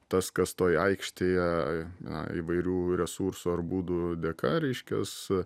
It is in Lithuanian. tas kas toj aikštėje na įvairių resursų ar būdų dėka reiškias